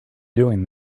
doing